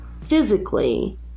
physically